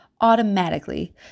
automatically